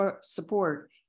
support